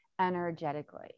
energetically